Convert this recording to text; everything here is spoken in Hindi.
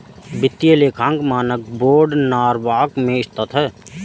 वित्तीय लेखांकन मानक बोर्ड नॉरवॉक में स्थित है